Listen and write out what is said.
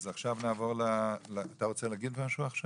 אתה רוצה להגיד משהו עכשיו?